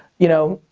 you know,